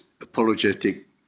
apologetic